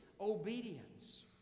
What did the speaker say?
Obedience